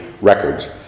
records